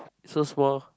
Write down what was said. so small